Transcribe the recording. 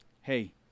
Hey